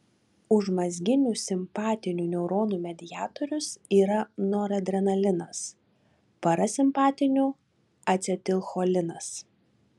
užmazginių simpatinių neuronų mediatorius yra noradrenalinas parasimpatinių acetilcholinas